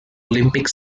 olympic